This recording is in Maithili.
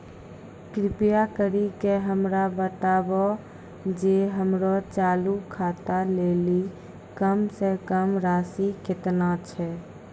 कृपा करि के हमरा बताबो जे हमरो चालू खाता लेली कम से कम राशि केतना छै?